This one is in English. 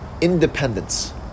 independence